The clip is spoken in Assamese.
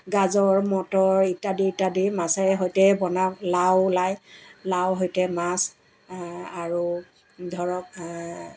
গাজৰ মটৰ ইত্যাদি ইত্যাদি মাছেৰে সৈতে বনাওঁ লাও ওলায় লাও সৈতে মাছ আৰু ধৰক